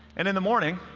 and in the morning,